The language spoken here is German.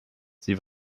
sie